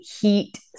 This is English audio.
heat